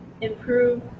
improve